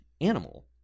animal